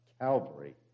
Calvary